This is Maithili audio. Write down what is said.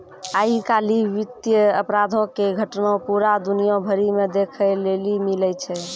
आइ काल्हि वित्तीय अपराधो के घटना पूरा दुनिया भरि मे देखै लेली मिलै छै